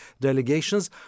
delegations